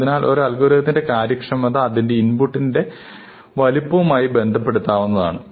അതിനാൽ ഒരു അൽഗോരിതത്തിന്റെ കാര്യക്ഷമത അതിന്റെ ഇൻപുട്ടിന്റെ വലുപ്പവുമായി നമുക് ബന്ധപ്പെടുത്താവുന്നതാണ്